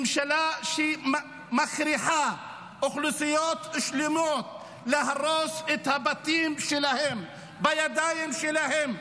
ממשלה שמכריחה אוכלוסיות שלמות להרוס את הבתים שלהם בידיים שלהם.